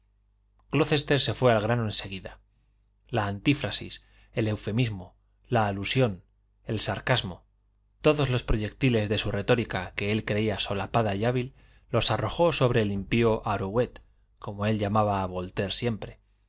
glocester se fue al grano en seguida la antífrasis el eufemismo la alusión el sarcasmo todos los proyectiles de su retórica que él creía solapada y hábil los arrojó sobre el impío arouet como él llamaba a voltaire siempre